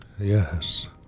Yes